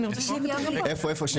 אני אבהיר,